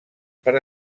per